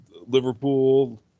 Liverpool